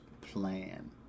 plan